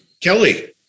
Kelly